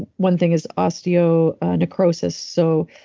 one thing is osteonecrosis. so,